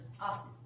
Awesome